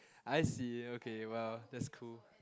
I see okay !wow! that's cool